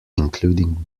including